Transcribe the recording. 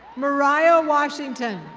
mariah washington.